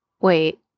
Wait